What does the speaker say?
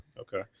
Okay